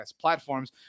platforms